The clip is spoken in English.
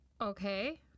Okay